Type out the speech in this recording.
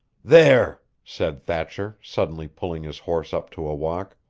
there! said thatcher, suddenly pulling his horse up to a walk.